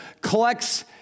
collects